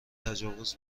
تجاوز